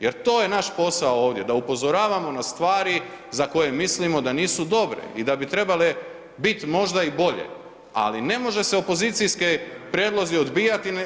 Jer to je naš posao ovdje, da upozoravamo na stvari za koje mislimo da nisu dobre i da bi trebale bit možda i bolje, ali ne može se opozicijske prijedloge odbijati.